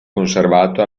conservato